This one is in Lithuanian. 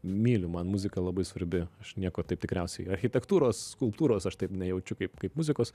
myliu man muzika labai svarbi aš nieko taip tikriausiai architektūros skulptūros aš taip nejaučiu kaip kaip muzikos